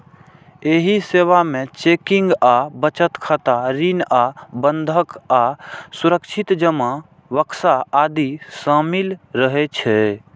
एहि सेवा मे चेकिंग आ बचत खाता, ऋण आ बंधक आ सुरक्षित जमा बक्सा आदि शामिल रहै छै